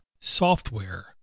software